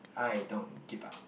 I don't give up